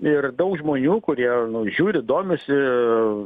ir daug žmonių kurie nu žiūri domisi